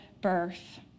birth